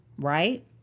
right